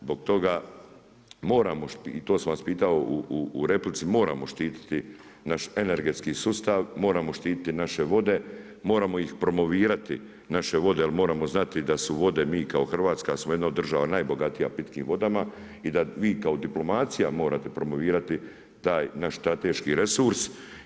Zbog toga moramo i to sam vas pitao u replici moramo štititi naš energetski sustav, moramo štititi naše vode, moramo iz promovirati naše vode jer moramo znati da su vode, mi kao Hrvatska smo jedna od država najbogatija pitkim vodama i da vi kao diplomacija morate promovirati taj naš strateški resurs.